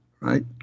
right